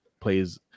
plays